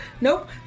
nope